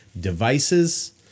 devices